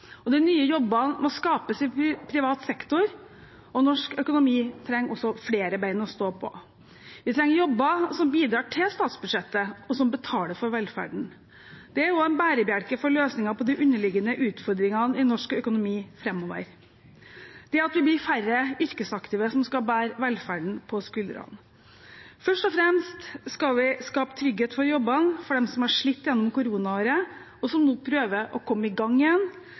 De nye jobbene må skapes i privat sektor, og norsk økonomi trenger flere ben å stå på. Vi trenger jobber som bidrar til statsbudsjettet, og som betaler for velferden. Det er også en bærebjelke for løsningen på de underliggende utfordringene i norsk økonomi framover – at det blir færre yrkesaktive som skal bære velferden på sine skuldre. Men først og fremst skal vi skape trygghet for jobbene til dem som har slitt gjennom koronaåret, som nå prøver å komme i gang igjen,